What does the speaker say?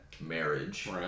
marriage